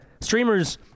Streamers